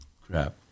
crap